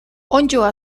onddoa